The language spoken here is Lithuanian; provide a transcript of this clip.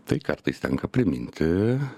tai kartais tenka priminti